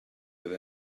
with